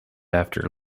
after